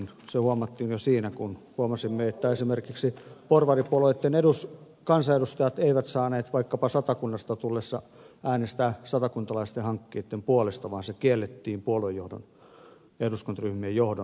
se huomattiin jo siinä kun huomasimme että esimerkiksi porvaripuolueitten kansanedustajat eivät saaneet vaikkapa satakunnasta tullessaan äänestää satakuntalaisten hankkeitten puolesta vaan se kiellettiin puoluejohdon ja eduskuntaryhmien johdon taholta